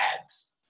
ads